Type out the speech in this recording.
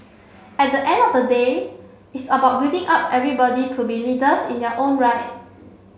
at the end of the day it's about building up everybody to be leaders in their own right